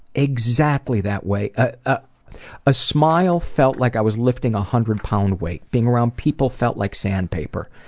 exactly that way. ah a smile felt like i was lifting a hundred-pound weight. being around people felt like sandpaper.